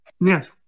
Yes